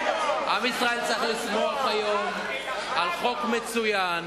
עם ישראל צריך לשמוח היום על חוק מצוין